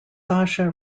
sasha